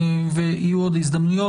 יהיו עוד הזדמנויות.